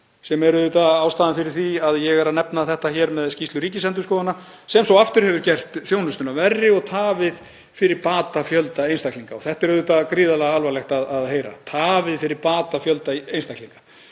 sem er auðvitað ástæðan fyrir því að ég nefni þetta með skýrslu Ríkisendurskoðunar— „sem aftur hefur gert þjónustuna verri og tafið fyrir bata fjölda einstaklinga.“ Það er auðvitað gríðarlega alvarlegt að heyra „tafið fyrir bata fjölda einstaklinga“